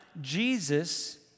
Jesus